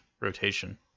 rotation